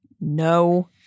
no